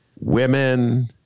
women